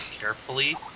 carefully